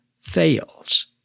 fails